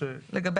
(3)